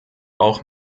auch